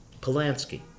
Polanski